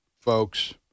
folks